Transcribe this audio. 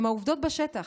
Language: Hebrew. הם העובדות בשטח.